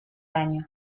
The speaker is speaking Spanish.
año